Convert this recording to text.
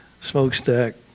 smokestack